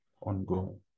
ongoing